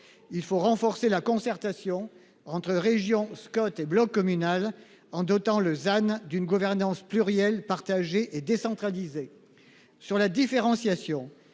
Il faut renforcer la concertation entre régions Scott et bloc communal en dotant le d'une gouvernance plurielle partagée et décentralisée sur la différenciation